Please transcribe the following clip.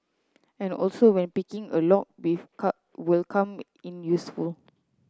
and also when picking a lock will come in useful